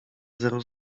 zero